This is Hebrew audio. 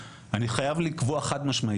אני חייב לקבוע חד משמעית,